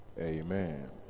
amen